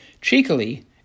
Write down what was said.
Cheekily